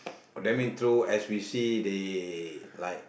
that mean throw as we see they like